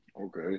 Okay